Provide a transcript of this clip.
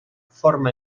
forma